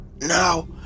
now